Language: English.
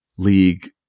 League